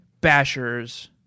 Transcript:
Bashers